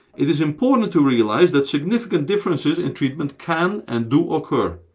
it is important to realize that significant differences in treatment can and do occur.